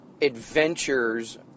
adventures